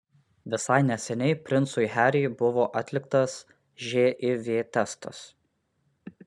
visai neseniai princui harry buvo atliktas živ testas